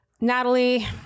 Natalie